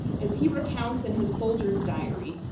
as he recounts in his soldier's diary,